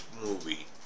movie